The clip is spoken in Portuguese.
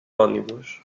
ônibus